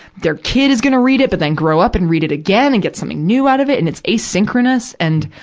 their kid is gonna read it, but then grow up and read it again and get something new out of it, and it's asynchronous. and,